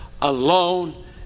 alone